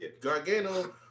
Gargano